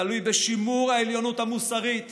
תלוי בשימור העליונות המוסרית